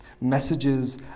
Messages